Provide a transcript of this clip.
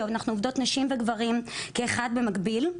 כי אנחנו עובדות נשים וגברים כאחד במקביל,